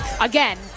again